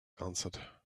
answered